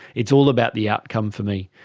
it's all about the outcomes for me.